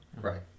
Right